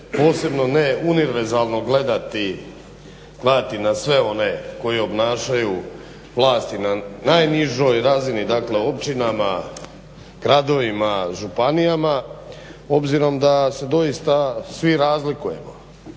posebno ne univerzalno gledati na sve one koji obnašaju vlast i na najnižoj razini, dakle općinama, gradovima, županijama obzirom da se doista svi razlikujemo,